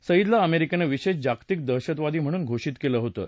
सईदला अमेरिकेनं विशेष जागतिक दहशतवादी म्हणून घोषित केलं होतं